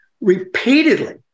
repeatedly